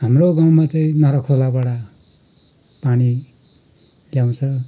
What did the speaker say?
हाम्रो गउँमा चाहिँ नरखोलाबाट पानी ल्याउँछ